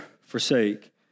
forsake